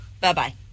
Bye-bye